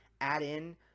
Add-in